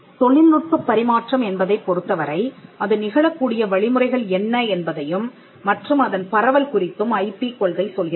தொழில்நுட்பப் பரிமாற்றம் என்பதைப் பொறுத்தவரை அது நிகழக் கூடிய வழிமுறைகள் என்ன என்பதையும் மற்றும் அதன் பரவல் குறித்தும் ஐபி கொள்கை சொல்கிறது